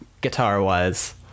guitar-wise